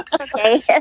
Okay